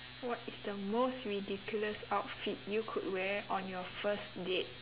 what is the most ridiculous outfit you could wear on your first date